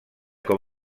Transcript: com